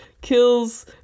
kills